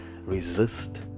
resist